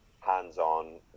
hands-on